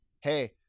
Hey